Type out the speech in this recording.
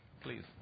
please